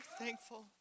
thankful